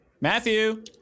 Matthew